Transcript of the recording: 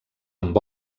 amb